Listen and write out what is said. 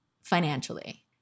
financially